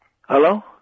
Hello